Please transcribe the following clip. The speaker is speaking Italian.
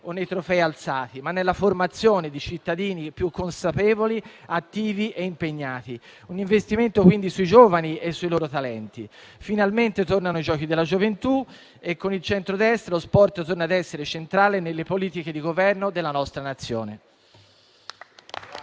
o nei trofei alzati, ma anche nella formazione di cittadini più consapevoli, attivi e impegnati; un investimento quindi sui giovani e sui loro talenti. Finalmente tornano i giochi della gioventù e con il centrodestra lo sport torna a essere centrale nelle politiche di governo della nostra Nazione.